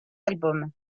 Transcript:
album